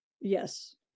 Yes